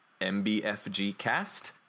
MBFGCast